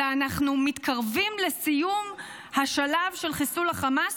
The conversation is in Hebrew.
אלא: אנחנו "מתקרבים לסיום השלב של חיסול החמאס",